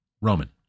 Roman